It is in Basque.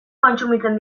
kontsumitzen